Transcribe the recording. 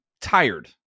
tired